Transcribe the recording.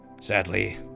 Sadly